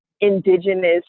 indigenous